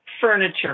furniture